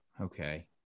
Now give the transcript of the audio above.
Okay